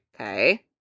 Okay